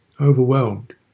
overwhelmed